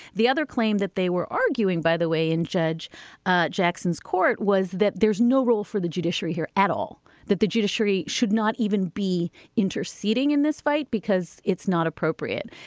the other claim that they were arguing by the way in judge ah jackson's court was that there's no role for the judiciary here at all. that the judiciary should not even be interceding in this fight because it's not appropriate.